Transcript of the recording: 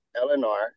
Eleanor